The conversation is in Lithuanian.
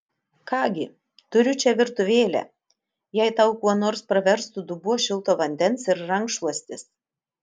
ką gi turiu čia virtuvėlę jei tau kuo nors praverstų dubuo šilto vandens ir rankšluostis